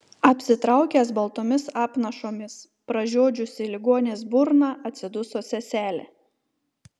apsitraukęs baltomis apnašomis pražiodžiusi ligonės burną atsiduso seselė